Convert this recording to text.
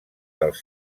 dels